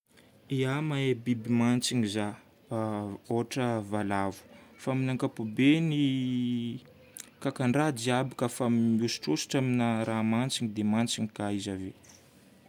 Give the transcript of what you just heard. Ia. Mahay biby mantsina zaho. Ohatra valavo. Fa amin'ny ankapobeny kakan-draha jiaby koafa mihositrosotra amin'ny raha mantsiny dia mantsiny koa izy avy eo.